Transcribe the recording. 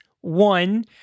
One